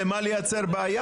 אז למה לייצר בעיה?